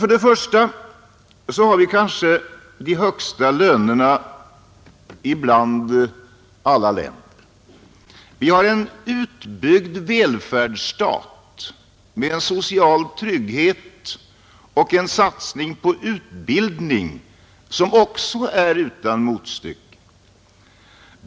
För det första har vi kanske de högsta lönerna jämfört med alla andra länder. För det andra har vi en utbyggd välfärdsstat med en social trygghet och en satsning på utbildning som också är utan motstycke.